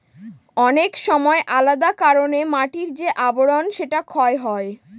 অনেক সময় আলাদা কারনে মাটির যে আবরন সেটা ক্ষয় হয়